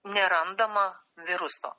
nerandama viruso